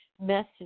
message